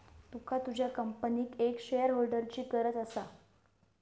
तुका तुझ्या कंपनीक एक शेअरहोल्डरची गरज असा